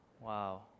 Wow